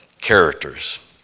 characters